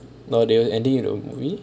any hero movie